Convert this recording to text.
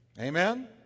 Amen